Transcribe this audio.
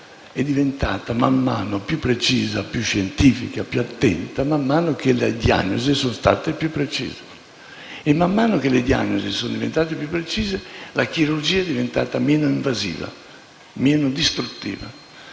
è diventata più precisa, più scientifica e più attenta, man mano che le diagnosi sono diventate più precise. Man mano che esse sono diventate più precise, la chirurgia è diventata meno invasiva e distruttiva.